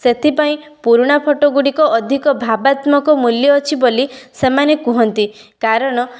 ସେଥିପାଇଁ ପୁରୁଣା ଫଟୋ ଗୁଡ଼ିକ ଅଧିକ ଭାବାତ୍ମକ ମୂଲ୍ୟ ଅଛି ବୋଲି ସେମାନେ କୁହନ୍ତି କାରଣ